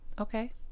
okay